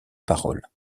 parole